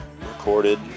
recorded